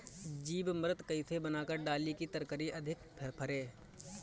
जीवमृत कईसे बनाकर डाली की तरकरी अधिक फरे?